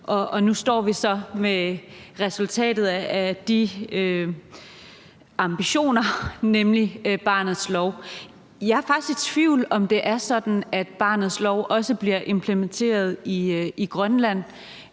nu står vi så med resultatet af de ambitioner, nemlig barnets lov. Jeg er faktisk i tvivl om, om det er sådan, at barnets lov også bliver implementeret i Grønland,